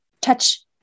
touch